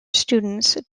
students